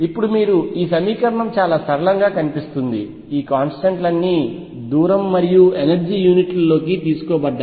ఇప్పుడు మీరు ఈ సమీకరణం చాలా సరళంగా కనిపిస్తోంది ఈ కాంస్టెంట్లన్నీ దూరం మరియు ఎనర్జీ యూనిట్లలోకి తీసుకోబడ్డాయి